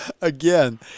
Again